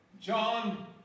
john